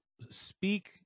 speak